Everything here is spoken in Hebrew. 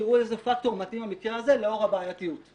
תראו איזה פקטור מתאים במקרה הזה לאור הבעייתיות.